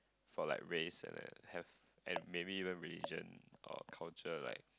for like race and had have and maybe even religion or culture like